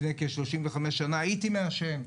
לפני כ-35 שנים הייתי מעשן,